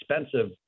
expensive